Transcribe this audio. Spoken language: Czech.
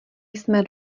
jsme